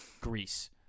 Greece